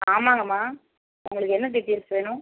ஆமாங்கம்மா உங்களுக்கு என்ன டீட்டைல்ஸ் வேணும்